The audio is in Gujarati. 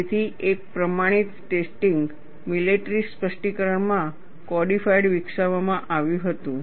તેથી એક પ્રમાણિત ટેસ્ટિંગ મિલેટરી સ્પષ્ટીકરણ માં કોડિફાઇડ વિકસાવવામાં આવ્યું હતું